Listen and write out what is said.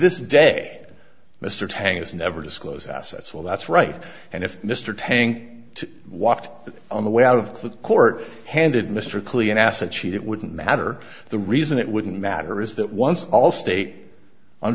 this day mr tang has never disclose assets well that's right and if mr tank walked on the way out of clay court handed mr klee an asset sheet it wouldn't matter the reason it wouldn't matter is that once allstate on